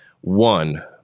One